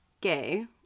gay